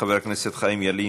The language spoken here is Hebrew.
חבר הכנסת חיים ילין,